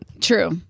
True